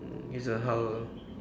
it's a how